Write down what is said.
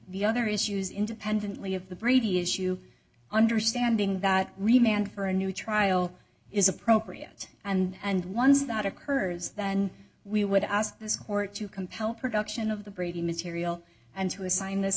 the other issues independently of the brady issue understanding that remained for a new trial is appropriate and once that occurs then we would ask this court to compel production of the brady material and to assign this